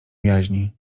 jaźni